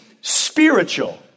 spiritual